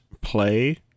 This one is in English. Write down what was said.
Play